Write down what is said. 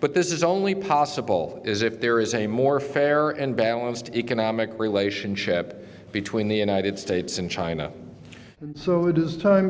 but this is only possible is if there is a more fair and balanced economic relationship between the united states and china so it is time